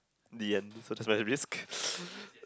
the end so that's why I risk